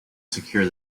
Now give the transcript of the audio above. secure